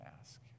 ask